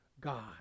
God